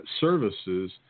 services